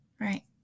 right